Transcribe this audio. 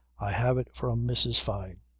i have it from mrs. fyne.